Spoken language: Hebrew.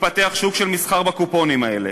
יתפתח שוק של מסחר בקופונים האלה.